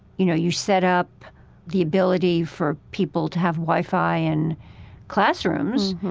you know, you set up the ability for people to have wifi in classrooms,